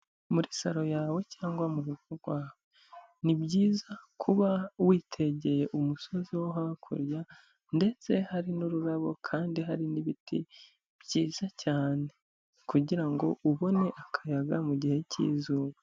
Muri salo yawe cyangwa mu rugo rwawe ni byiza kuba witegeye umusozi wo hakurya ndetse hari n'ururabo kandi hari n'ibiti byiza cyane kugira ngo ubone akayaga mu gihe k'izuba.